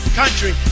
country